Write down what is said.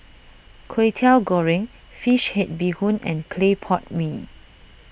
Kwetiau Goreng Fish Head Bee Hoon and Clay Pot Mee